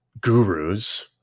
gurus